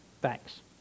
Thanks